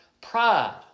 pride